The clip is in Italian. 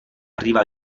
arriva